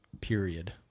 period